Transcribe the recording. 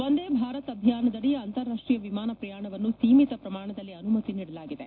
ವಂದೇ ಭಾರತ್ ಅಭಿಯಾನದಡಿ ಅಂತಾರಾಷ್ಟೀಯ ವಿಮಾನ ಪ್ರಯಾಣವನ್ನು ಸೀಮಿತ ಪ್ರಮಾಣದಲ್ಲಿ ಅನುಮತಿ ನೀಡಲಾಗಿದೆ